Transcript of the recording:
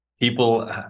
People